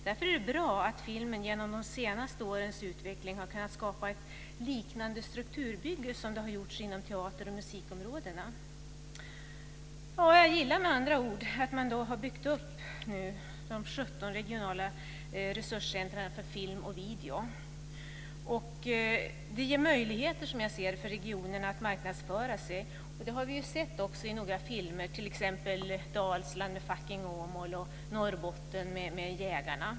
Därför är det bra att filmen genom de senaste årens utveckling har kunnat skapa ett strukturbygge som liknar det som har gjorts på teater och musikområdena. Jag gillar med andra ord att man har byggt upp de 17 regionala resurscentrerna för film och video. Det ger möjligheter för regionerna att marknadsföra sig. Det har vi också sett när det gäller några filmer, t.ex. Jägarna.